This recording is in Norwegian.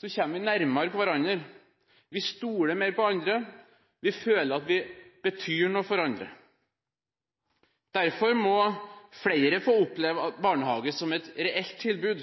kommer vi nærere hverandre, vi stoler mer på andre, og vi føler at vi betyr noe for andre. Derfor må flere få oppleve barnehage som et reelt tilbud.